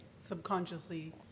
subconsciously